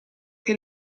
che